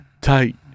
tight